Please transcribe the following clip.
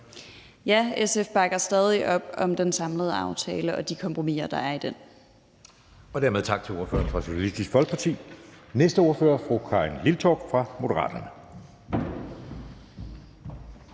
Ja, SF bakker stadig op om den samlede aftale og de kompromiser, der er i den. Kl. 14:55 Anden næstformand (Jeppe Søe): Dermed tak til ordføreren for Socialistisk Folkeparti. Næste ordfører er fru Karin Liltorp fra Moderaterne.